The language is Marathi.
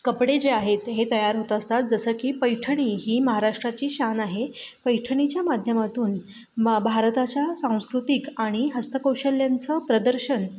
कपडे जे आहेत हे तयार होत असतात जसं की पैठणी ही महाराष्ट्राची शान आहे पैठणीच्या माध्यमातून मा भारताच्या सांस्कृतिक आणि हस्तकौशल्यांचं प्रदर्शन